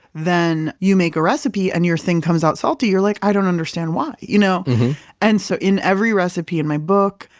then you make a recipe, and your thing comes out salty. you're like, i don't understand why. you know? mm-hmm and so, in every recipe in my book,